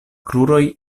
kruroj